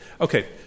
Okay